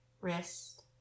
wrist